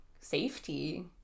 safety